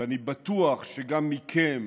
ואני בטוח שגם מכם,